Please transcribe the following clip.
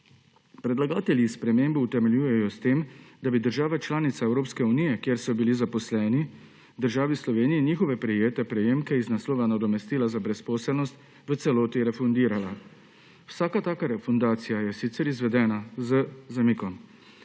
Predlagatelji spremembo utemeljujejo s tem, da bi država članica Evropske unije, kjer so bili zaposleni, državi Sloveniji njihove prejete prejemke iz naslova nadomestila za brezposelnost v celoti refundirala. Vsaka taka refundacija je sicer izvedena z zamikom.